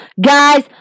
Guys